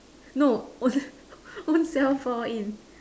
no own ownself fall in